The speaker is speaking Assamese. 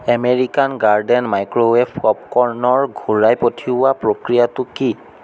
এমেৰিকান গাৰ্ডেন মাইক্ৰ'ৱেভ পপকৰ্নৰ ঘূৰাই পঠিওৱা প্ৰক্ৰিয়াটো কি